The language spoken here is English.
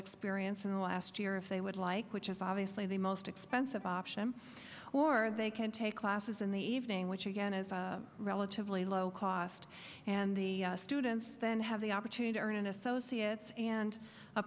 experience in the last year if they would like which is obviously the most expensive option or they can take classes in the evening which again is relatively low cost and the students then have the opportunity to earn an associate's and a